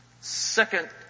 second